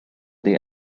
they